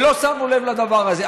ולא שמנו לב לדבר הזה.